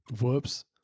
Whoops